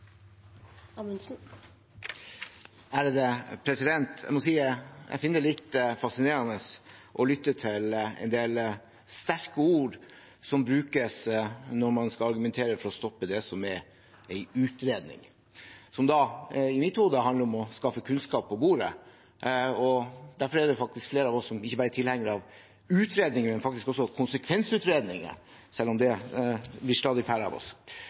Jeg må si at jeg finner det litt fascinerende å lytte til en del sterke ord som brukes når man skal argumentere for å stoppe det som er en utredning, som i mitt hode handler om å skaffe kunnskap på bordet. Derfor er det faktisk flere av oss som ikke bare er tilhengere av utredninger, men faktisk også av konsekvensutredninger – selv om det blir stadig færre av oss.